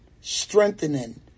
strengthening